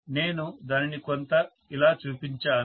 నేను దానిని కొంత ఇలా చూపించాను